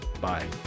bye